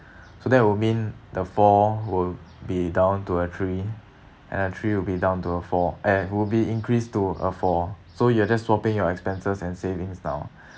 so that would mean the four would be down to a three and the three would be down to a four eh would be increased to a four so you're just swapping your expenses and savings now